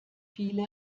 viele